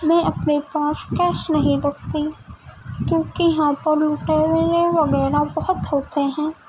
میں اپنے پاس کیش نہیں رکھتی کیونکہ یہاں پر لٹیرے وغیرہ بہت ہوتے ہیں